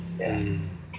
mm